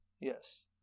yes